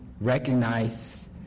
recognize